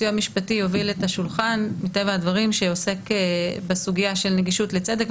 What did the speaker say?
הסיוע המשפטי יוביל מטבע הדברים את השולחן שעוסק בסוגיה של נגישות לצדק.